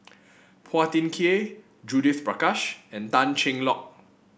Phua Thin Kiay Judith Prakash and Tan Cheng Lock